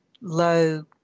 low